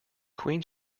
queen